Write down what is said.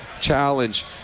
challenge